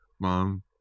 mom